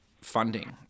funding